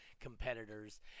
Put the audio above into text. competitors